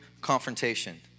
confrontation